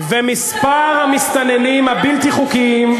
ומספר המסתננים הבלתי-חוקיים,